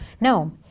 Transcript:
No